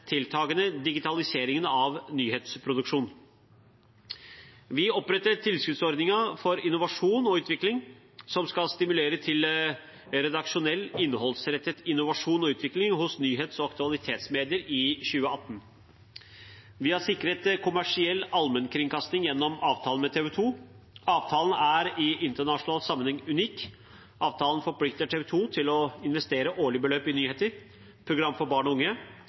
digitaliseringen av nyhetsproduksjonen. Vi opprettet tilskuddsordningen for innovasjon og utvikling, som skal stimulere til redaksjonell, innholdsrettet innovasjon og utvikling hos nyhets- og aktualitetsmedier, i 2018. Vi har sikret kommersiell allmennkringkasting gjennom avtalen med TV 2. Avtalen er i internasjonal sammenheng unik. Avtalen forplikter TV 2 til å investere årlige beløp i nyheter, program for barn og unge